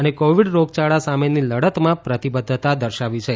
અને કોવિડ રોગયાળા સામેની લડતમાં પ્રતિબદ્ધતા દર્શાવી છે